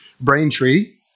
Braintree